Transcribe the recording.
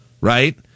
right